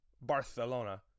Barcelona